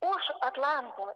už atlanto